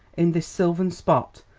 in this sylvan spot,